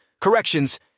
corrections